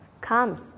comes